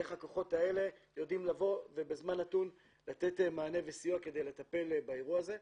איך הכוחות האלה יודעים לתת מענה וסיוע בזמן נתון כדי לטפל באירוע הזה.